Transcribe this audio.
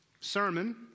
sermon